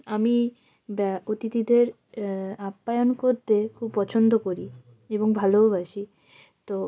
আমি অতিথিদের আপ্যায়ন করতে খুব পছন্দ করি এবং ভালোওবাসি তো